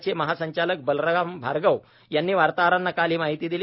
चे महासंचालक बलराम भार्गव यांनी वार्ताहरांना काल ही माहीती दिली